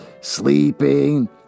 sleeping